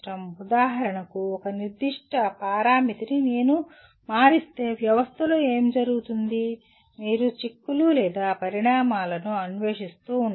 ఉదాహరణకు ఒక నిర్దిష్ట పరామితిని నేను మారిస్తే వ్యవస్థలో ఏమి జరుగుతుంది మీరు చిక్కులు లేదా పరిణామాలను అన్వేషిస్తూ ఉండవచ్చు